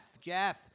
Jeff